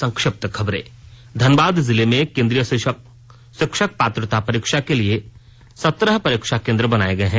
संक्षिप्त खबरें धनबाद जिले में केंद्रीय शिक्षक पात्रता परीक्षा के लिए सत्रह परीक्षा केंद्र बनाये गए हैं